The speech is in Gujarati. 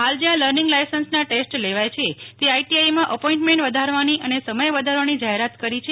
હાલ જ્યાં લર્નિંગ લાઈસન્સના ટેસ્ટ લેવાય છે તે આઈટીઆઈમાં એપોઈન્ટમેન્ટ વધારવાની અને સમય વધારવાની જાહેરાત કરી છે